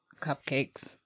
cupcakes